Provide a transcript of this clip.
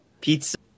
pizza